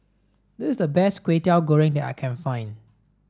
this is the best Kway Teow Goreng that I can find